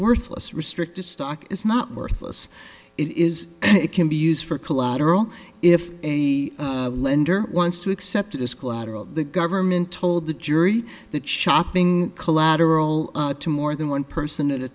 worthless restricted stock is not worthless it is it can be used for collateral if a lender wants to accept it as collateral the government told the jury that shopping collateral to more than one person at a